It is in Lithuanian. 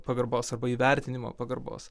pagarbos arba įvertinimo pagarbos